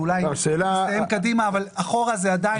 הוא אולי הסתיים קדימה, אבל אחורה זה עדיין קיים.